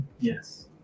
Yes